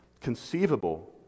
conceivable